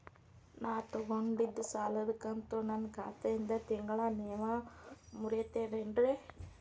ನಾ ತೊಗೊಂಡಿದ್ದ ಸಾಲದ ಕಂತು ನನ್ನ ಖಾತೆಯಿಂದ ತಿಂಗಳಾ ನೇವ್ ಮುರೇತೇರೇನ್ರೇ?